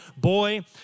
boy